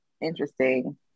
interesting